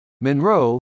Monroe